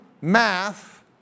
math